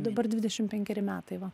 dabar dvidešim penkeri metai va